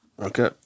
Okay